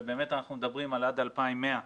ובאמת אנחנו מדברים על עד 2100,